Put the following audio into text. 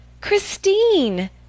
Christine